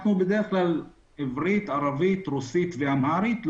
יש בדרך כלל עברית ערבית רוסית ואמהרית.